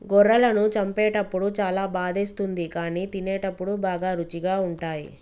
గొర్రెలను చంపేటప్పుడు చాలా బాధేస్తుంది కానీ తినేటప్పుడు బాగా రుచిగా ఉంటాయి